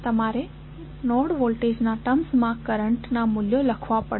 તમારે નોડ વોલ્ટેજના ટર્મ્સ માં કરંટ ના મૂલ્યો લખવા પડશે